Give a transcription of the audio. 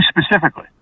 specifically